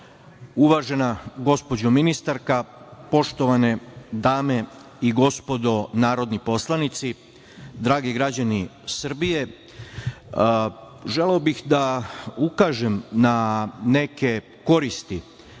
gospođo ministarka, poštovane dame i gospodo narodni poslanici, dragi građani Srbije, želeo bih da ukažem na neke koristi